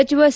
ಸಚಿವ ಸಿ